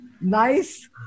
nice